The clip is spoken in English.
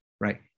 right